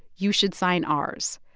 you should sign ours.